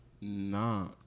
Nah